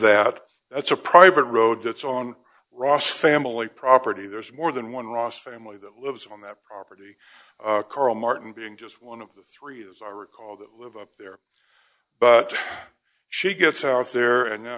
that that's a private road that's on ross family property there's more than one ross family that lives on that property carl martin being just one of the three as i recall that live up there but she gets out there and now